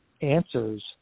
answers